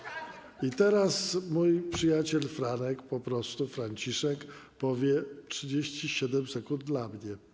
Teraz mój przyjaciel Franek po prostu, Franciszek, powie: 37 sekund dla mnie.